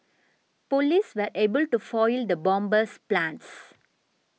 police were able to foil the bomber's plans